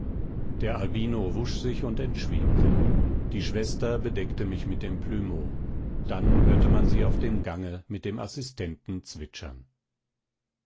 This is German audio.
der albino wusch sich und entschwebte die schwester bedeckte mich mit dem plumeau dann hörte man sie auf dem gange mit dem assistenten zwitschern